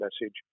message